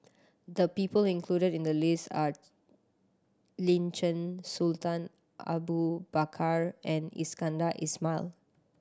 the people included in the list are Lin Chen Sultan Abu Bakar and Iskandar Ismail